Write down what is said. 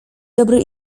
dobry